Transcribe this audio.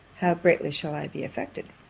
how greatly shall i be affected!